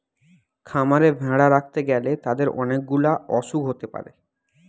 খামারে ভেড়া রাখতে গ্যালে তাদের অনেক গুলা অসুখ হতে পারে